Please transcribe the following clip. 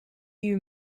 you